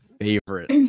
favorite